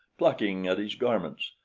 plucking at his garments,